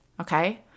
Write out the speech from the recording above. okay